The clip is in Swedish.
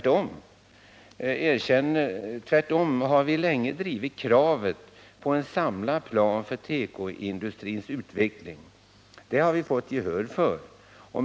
Tvärtom har vi länge drivit kravet på en samlad plan för tekoindustrins utveckling. Det har vi nu fått gehör för.